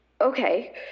Okay